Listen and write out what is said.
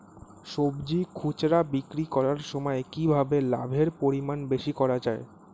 সবজি খুচরা বিক্রি করার সময় কিভাবে লাভের পরিমাণ বেশি করা যায়?